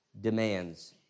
demands